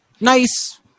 nice